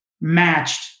matched